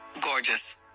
Gorgeous